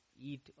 eat